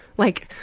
like,